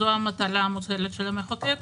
זו המטרה המוצהרת של המחוקק.